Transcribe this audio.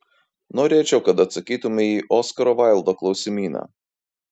norėčiau kad atsakytumei į oskaro vaildo klausimyną